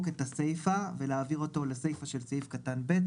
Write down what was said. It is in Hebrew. את הסייפה ולהעביר אותו לסייפה של סעיף קטן ב',